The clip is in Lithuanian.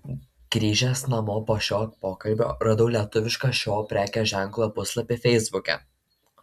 grįžęs namo po šio pokalbio radau lietuvišką šio prekės ženklo puslapį feisbuke